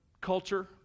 culture